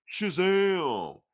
Shazam